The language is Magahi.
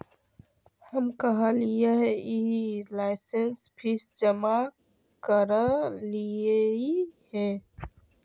हम कलहही लाइसेंस फीस जमा करयलियइ हे